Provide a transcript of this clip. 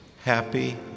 happy